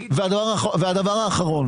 לסיום,